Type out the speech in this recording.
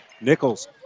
Nichols